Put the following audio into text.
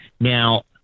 Now